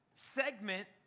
Segment